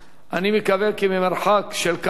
אני מקווה שממרחק של כמה שנים,